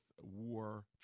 war